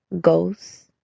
Ghosts